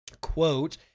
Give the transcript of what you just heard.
Quote